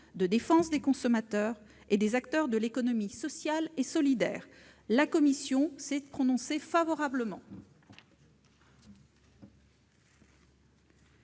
de défense des consommateurs, et des acteurs de l'économie sociale et solidaire. La commission s'est prononcée favorablement.